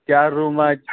चार रूम आहेत